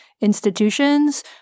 institutions